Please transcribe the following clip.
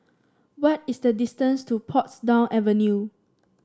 what is the distance to Portsdown Avenue